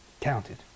counted